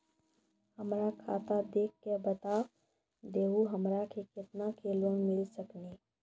हमरा खाता देख के बता देहु हमरा के केतना के लोन मिल सकनी?